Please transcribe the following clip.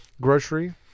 grocery